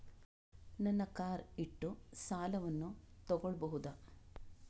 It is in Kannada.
ನನ್ನ ಕಾರ್ ಇಟ್ಟು ಸಾಲವನ್ನು ತಗೋಳ್ಬಹುದಾ?